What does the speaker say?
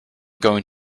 going